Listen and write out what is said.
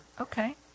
Okay